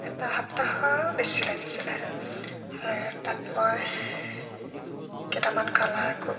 এটা সপ্তাহৰ বেছি লাগিছিলে আৰু তাত মই কেইটামান কালাৰ খুব